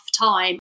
time